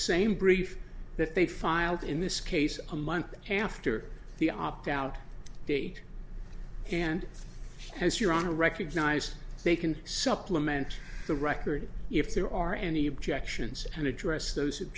same brief that they filed in this case a month after the opt out date and has your honor recognized they can supplement the record if there are any objections and address those